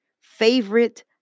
favorite